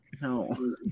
No